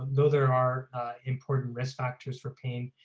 though, there are important risk factors for pain,